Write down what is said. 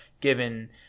given